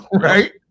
right